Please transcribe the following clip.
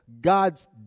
God's